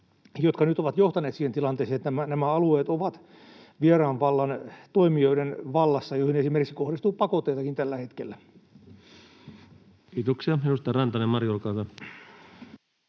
jotka nyt ovat johtaneet siihen tilanteeseen, että nämä alueet ovat vieraan vallan toimijoiden vallassa, joihin esimerkiksi kohdistuu pakotteitakin tällä hetkellä. Kiitoksia. — Edustaja Rantanen, Mari, olkaa hyvä.